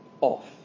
off